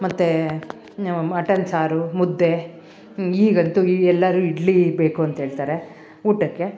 ಮತ್ತು ಮಟನ್ ಸಾರು ಮುದ್ದೆ ಈಗಂತೂ ಎಲ್ಲಾರೂ ಇಡ್ಲಿ ಬೇಕುಂತ ಹೇಳ್ತರೆ ಊಟಕ್ಕೆ